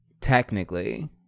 Technically